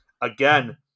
again